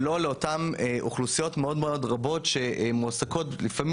ולא לאותן אוכלוסיות רבות שמועסקות לפעמים